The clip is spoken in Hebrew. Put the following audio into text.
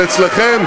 אבל אצלכם: